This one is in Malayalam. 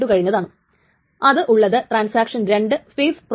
എന്നിട്ട് ഇപ്പോഴാണ് റീഡ് ട്രാൻസാക്ഷനു വേണ്ടി അപേക്ഷിക്കുന്നത്